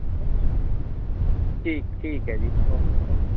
ठीक ठीक ऐ जी ओ ओह्